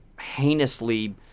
heinously